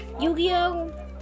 Yu-Gi-Oh